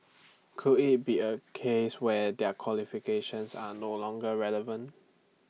could IT be A case where their qualifications are no longer relevant